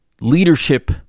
leadership